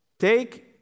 take